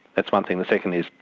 that's one thing, the second is,